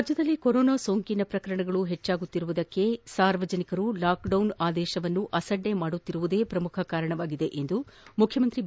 ರಾಜ್ಯದಲ್ಲಿ ಕೊರೋನಾ ಸೋಂಕಿನ ಪ್ರಕರಣಗಳು ಹೆಚ್ಚಾಗುತ್ತಿರುವುದಕ್ಕೆ ಸಾರ್ವಜನಿಕರು ಲಾಕ್ಡೌನ್ ಆದೇಶವನ್ನು ಅಸದ್ದೆ ಮಾಡುತ್ತಿರುವುದೇ ಪ್ರಮುಖ ಕಾರಣ ಎಂದು ಮುಖ್ಯಮಂತ್ರಿ ಬಿ